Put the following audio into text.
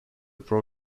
pro